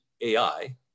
AI